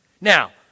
Now